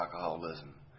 alcoholism